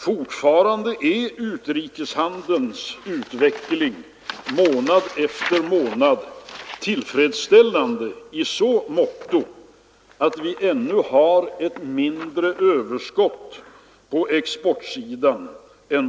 Fortfarande är utrikeshandelns utveckling månad efter månad tillfredsställande, i så måtto att vi ännu har ett mindre överskott på exportsidan.